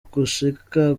gushika